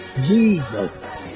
Jesus